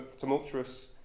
tumultuous